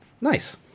Nice